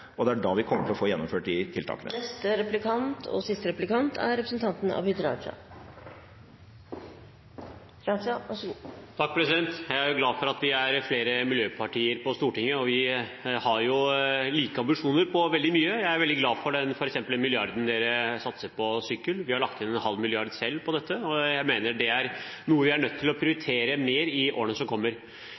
og det er da vi kommer til å få gjennomført de tiltakene. Jeg er glad for at vi er flere miljøpartier på Stortinget, og vi har jo like ambisjoner for veldig mye. Jeg er f.eks. veldig glad for den milliarden dere satser på sykkel. Vi har selv lagt inn en halv milliard på dette, og jeg mener det er noe vi er nødt til å prioritere mer i årene som kommer.